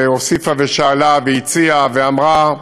שהוסיפה ושאלה והציעה ואמרה,